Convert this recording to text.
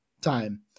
time